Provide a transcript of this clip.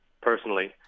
personally